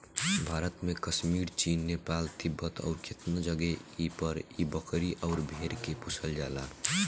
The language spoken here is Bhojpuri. भारत में कश्मीर, चीन, नेपाल, तिब्बत अउरु केतना जगे पर इ बकरी अउर भेड़ के पोसल जाला